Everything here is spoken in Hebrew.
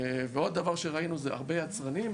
ועוד דבר שראינו הוא שהרבה יצרניים